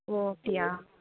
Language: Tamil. ஓ அப்படியா